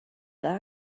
dug